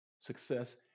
success